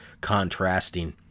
contrasting